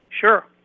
Sure